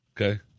Okay